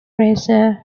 racer